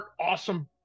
awesome